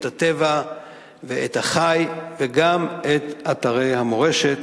את הטבע ואת החי וגם את אתרי המורשת.